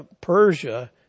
Persia